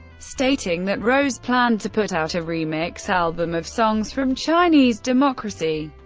stating that rose planned to put out a remix album of songs from chinese democracy.